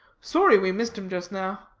sorry we missed him just now.